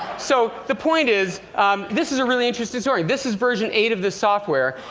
so the point is this is a really interesting story. this is version eight of this software,